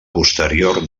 posterior